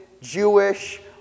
Jewish